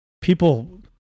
people